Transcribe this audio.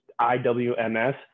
IWMS